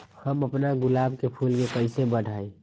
हम अपना गुलाब के फूल के कईसे बढ़ाई?